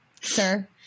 Sir